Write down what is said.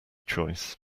choice